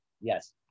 Yes